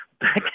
back